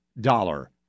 dollar